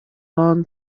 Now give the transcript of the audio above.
long